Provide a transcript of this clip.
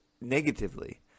negatively